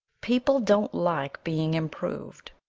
people don't like being improved.